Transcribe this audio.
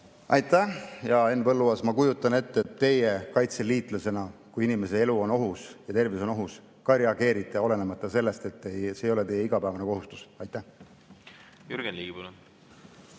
Aitäh, hea Henn Põlluaas! Ma kujutan ette, et teie kaitseliitlasena, kui inimese elu on ohus ja tervis on ohus, ka reageerite, olenemata sellest, et see ei ole teie igapäevane kohustus. Jürgen Ligi, palun!